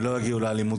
ולא יגיעו לאלימות,